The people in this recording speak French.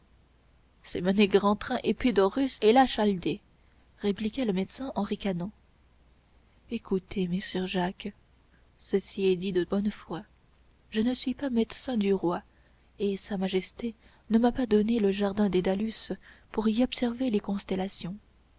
c'est mener grand train épidaurus et la chaldée répliqua le médecin en ricanant écoutez messire jacques ceci est dit de bonne foi je ne suis pas médecin du roi et sa majesté ne m'a pas donné le jardin dédalus pour y observer les constellations